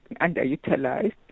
underutilized